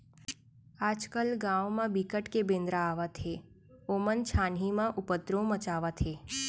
आजकाल गाँव म बिकट के बेंदरा आवत हे ओमन छानही म उपदरो मचावत हे